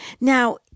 Now